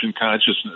consciousness